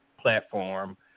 Platform